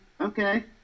okay